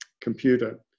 computer